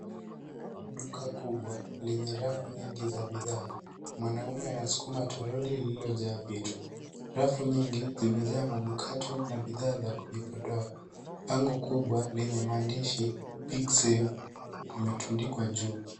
Duka kubwa lenye rafu nyingi za bidhaa. Mwanaume anasukuma troli iliyojaaa vitu. Rafu nyingi zimejaa manukato na bidhaa za kujipodoa. Bango kubwa lenye maandishi, pixel, limetundikwa juu.